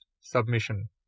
submission